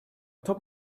top